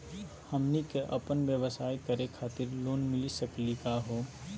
हमनी क अपन व्यवसाय करै खातिर लोन मिली सकली का हो?